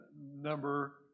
number